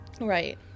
right